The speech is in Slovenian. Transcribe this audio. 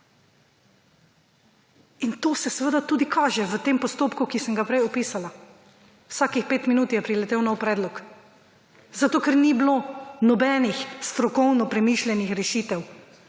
in to se seveda tudi kaže v tem postopku, ki sem ga prej opisala. Vsakih pet minut je priletel nov predlog zato, ker ni bilo nobenih strokovno premišljenih rešitev,